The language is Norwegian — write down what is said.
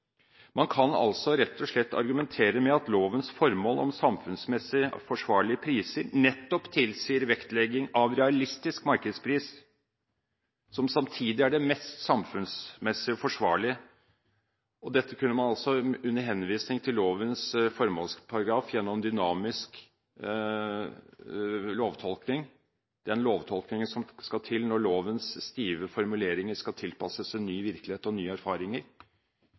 Man kan altså rett og slett argumentere med at lovens formål om samfunnsmessig forsvarlig prising nettopp tilsier vektlegging av realistisk markedspris, som samtidig er det mest samfunnsmessig forsvarlige. Dette kunne man under henvisning til lovens formålsparagraf gjennom dynamisk lovtolkning, den lovtolkningen som skal til når lovens stive formuleringer skal tilpasses en ny virkelighet og nye erfaringer,